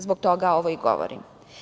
Zbog toga ovo i govorim.